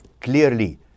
clearly